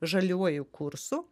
žaliuoju kursu